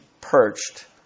perched